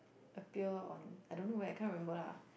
appear on I don't know where I cannot remember lah